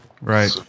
Right